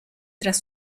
tras